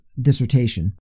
dissertation